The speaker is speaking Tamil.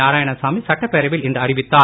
நாராயணசாமி சட்டப்பேரவையில் இன்று தெரிவித்தார்